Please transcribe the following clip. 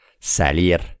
salir